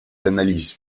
analyses